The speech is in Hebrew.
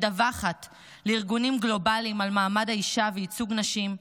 מדווחת לארגונים גלובליים על מעמד האישה וייצוג נשים,